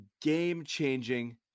game-changing –